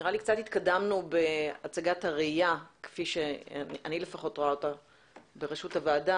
נראה לי קצת התקדמנו בהצגת הראייה כפי שאני רואה אותה,